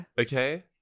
Okay